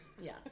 Yes